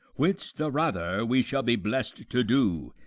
which the rather we shall be bless'd to do,